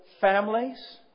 families